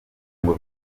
ngo